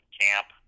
camp